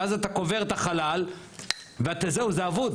ואז אתה קובר את החלל וזהו, זה אבוד.